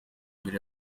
mbere